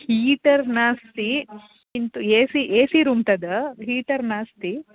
heater नास्ति किन्तु A C A C room तद् हीटर् नास्ति